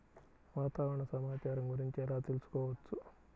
వాతావరణ సమాచారం గురించి ఎలా తెలుసుకోవచ్చు?